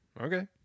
okay